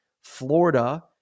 Florida